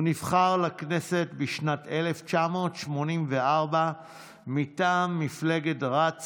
הוא נבחר לכנסת בשנת 1984 מטעם מפלגת רצ